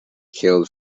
killed